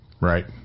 Right